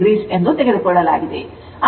3o ಎಂದು ತೆಗೆದುಕೊಳ್ಳಲಾಗಿದೆ